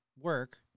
work